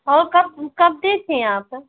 और कब कब दी थीं आप